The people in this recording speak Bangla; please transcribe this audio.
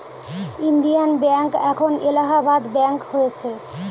ইন্ডিয়ান ব্যাঙ্ক এখন এলাহাবাদ ব্যাঙ্ক হয়েছে